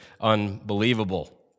Unbelievable